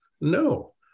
no